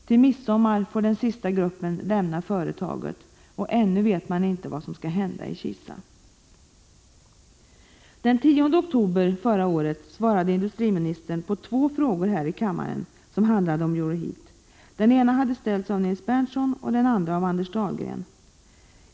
Till midsommar får den sista gruppen lämna företaget, och ännu vet man inte vad som skall hända i Kisa. Den 10 oktober svarade industriministern på två frågor här i kammaren som handlade om Euroheat. Den ena hade ställts av Nils Berndtson och den andra av Anders Dahlgren.